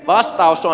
vastaus on